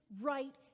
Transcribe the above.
right